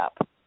up